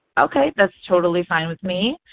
okay that's totally fine with me.